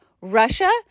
Russia